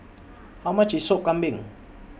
How much IS Sop Kambing